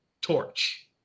Torch